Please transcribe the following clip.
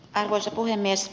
arvoisa puhemies